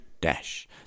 dash